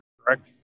correct